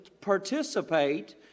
participate